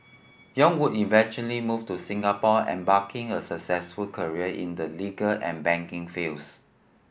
yong would eventually move to Singapore embarking a successful career in the legal and banking fields